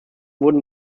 wurden